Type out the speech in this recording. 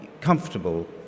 comfortable